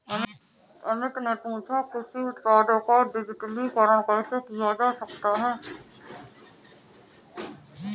अमित ने पूछा कि कृषि उत्पादों का डिजिटलीकरण कैसे किया जा सकता है?